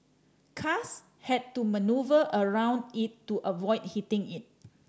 cars had to manoeuvre around it to avoid hitting it